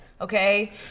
Okay